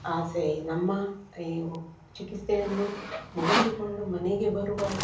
ಆಸೆ ನಮ್ಮ ಈ ಚಿಕಿತ್ಸೆಯನ್ನು ಮುಗಿಸಿಕೊಂಡು ಮನೆಗೆ ಬರುವ